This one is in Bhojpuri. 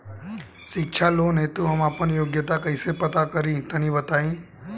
शिक्षा लोन हेतु हम आपन योग्यता कइसे पता करि तनि बताई?